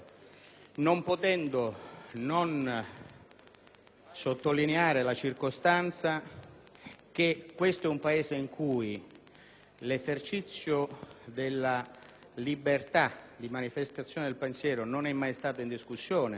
Non possiamo non sottolineare che questo è un Paese in cui l'esercizio della libertà di manifestazione del pensiero non è mai stato in discussione